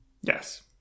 Yes